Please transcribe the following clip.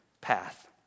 path